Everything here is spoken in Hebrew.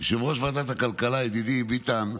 יושב-ראש ועדת הכלכלה, ידידי, ביטן,